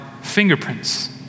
fingerprints